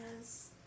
Yes